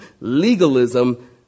legalism